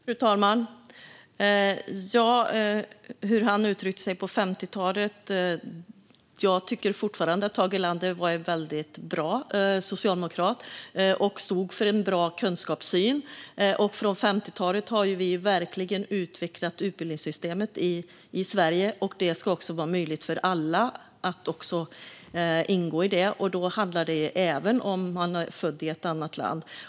Fru talman! När det gäller hur Tage Erlander uttryckte sig på 1950-talet tycker jag fortfarande att han var en väldigt bra socialdemokrat och stod för en bra kunskapssyn. Från 1950-talet har vi verkligen utvecklat utbildningssystemet i Sverige, och det ska vara möjligt för alla att ingå i det. Det handlar även om dem som är födda i ett annat land.